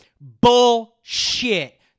Bullshit